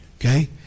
Okay